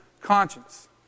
conscience